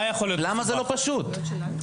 למה זה לא פשוט?